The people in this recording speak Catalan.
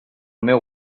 meu